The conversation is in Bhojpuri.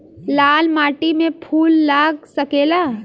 लाल माटी में फूल लाग सकेला?